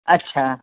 अच्छा